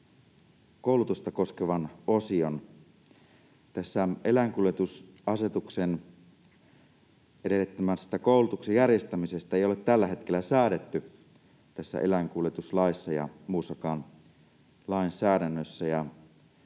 koulutusta koskevan osion: Eläinkuljetusasetuksen edellyttämästä koulutuksen järjestämisestä ei ole tällä hetkellä säädetty eläinkuljetuslaissa tai muussakaan lainsäädännössä,